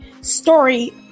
story